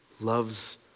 loves